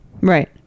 right